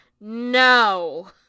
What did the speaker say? No